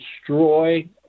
destroy